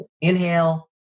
inhale